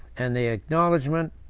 and the acknowledgement,